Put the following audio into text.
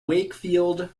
wakefield